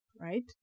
right